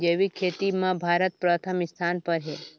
जैविक खेती म भारत प्रथम स्थान पर हे